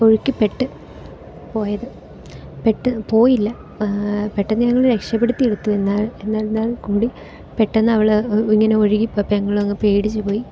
ഒഴുക്കിൽ പെട്ട് പോയത് പെട്ട് പോയില്ല പെട്ടെന്ന് ഞങ്ങൾ രക്ഷപെടുത്തി എടുത്തു എന്നാലും എന്നിരുന്നാലും കൂടി പെട്ടെന്ന് അവൾ ഇങ്ങനെ ഒഴുകി പോയപ്പം ഞങ്ങൾ അങ്ങ് പേടിച്ചുപോയി